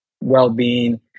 well-being